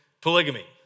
polygamy